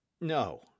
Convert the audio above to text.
No